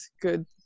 good